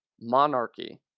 monarchy